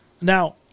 Now